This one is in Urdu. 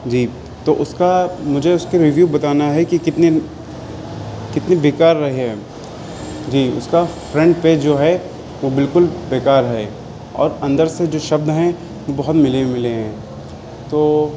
جی تو اس کا مجھے اس کے ریوو بتانا ہے کہ کتنی کتنی بیکار رہے جی اس کا فرنٹ پیج جو ہے وہ بالکل بیکار ہے اور اندر جو شبد ہیں بہت ملے ملے ہیں تو